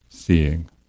seeing